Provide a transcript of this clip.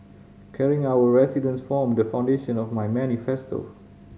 caring our residents form the foundation of my manifesto